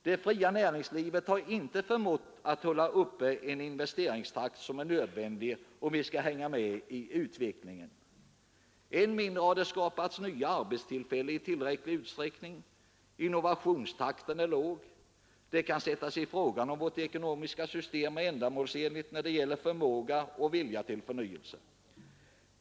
Det fria näringslivet har inte förmått hålla uppe den investeringstakt som är nödvändig om vi skall hänga med i utvecklingen. Än mindre har det skapats nya arbetstillfällen i tillräcklig utsträckning. Innovationstakten är låg. Det kan sättas i fråga om vårt ekonomiska system är ändamålsenligt när det gäller förmåga och vilja till förnyelse.